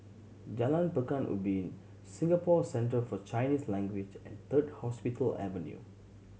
Jalan Pekan Ubin Singapore Center For Chinese Language and Third Hospital Avenue